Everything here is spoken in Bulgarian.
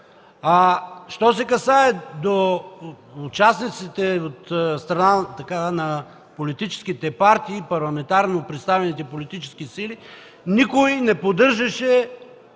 Що се отнася до участниците от страна на политическите партии и парламентарно представените политически сили, никой не поддържаше